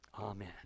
Amen